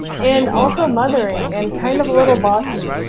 and also mothering and kind of a little bossy.